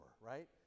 right